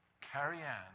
Carrie-Anne